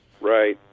right